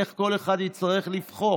איך כל אחד יצטרך לבחור.